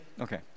Okay